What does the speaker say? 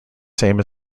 same